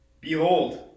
Behold